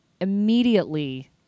immediately